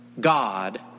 God